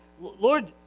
Lord